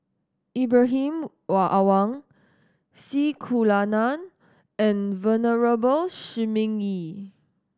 Ibrahim Awang C Kunalan and Venerable Shi Ming Yi